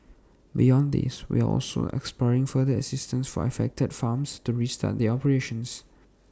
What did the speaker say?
beyond these we are also exploring further assistance for affected farms to restart their operations